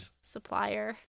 Supplier